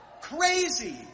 crazy